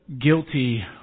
guilty